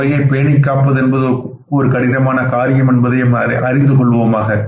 இந்த முறையை பேணிக் காப்பது என்பது ஒரு கடினமான காரியம் என்பதை நாம் அறிந்து கொள்வோமாக